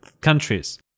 countries